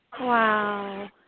wow